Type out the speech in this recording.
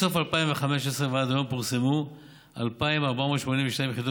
מסוף 2015 ועד היום פורסמו 2,482 יחידות